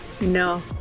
no